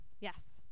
Yes